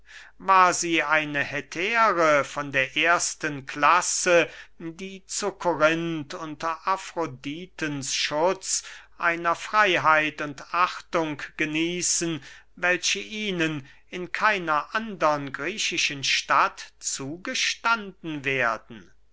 war sie eine hetäre von der ersten klasse die zu korinth unter afroditens schutz einer freyheit und achtung genießen welche ihnen in keiner andern griechischen stadt zugestanden werden